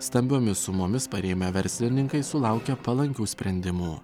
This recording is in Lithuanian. stambiomis sumomis parėmę verslininkai sulaukia palankių sprendimų